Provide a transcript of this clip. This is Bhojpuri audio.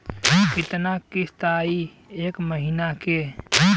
कितना किस्त आई एक महीना के?